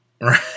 Right